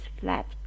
flat